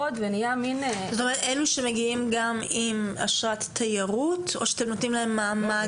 אלה שמגיעים עם אשרת תיירות או שאתם נותנים להם מעמד?